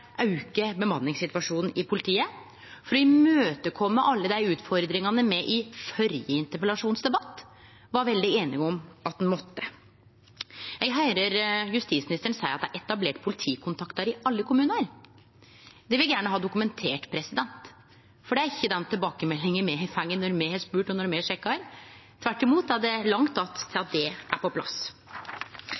bemanningssituasjonen i politiet, og for å kome i møte alle dei utfordringane me i den førre interpellasjonsdebatten var veldig einige om at ein måtte kome i møte. Eg høyrer justisministeren seie at dei har etablert politikontaktar i alle kommunar. Det vil eg gjerne ha dokumentert, for det er ikkje den tilbakemeldinga me har fått når me har spurt og sjekka. Tvert imot er det langt att til at det er på plass.